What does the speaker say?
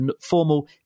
formal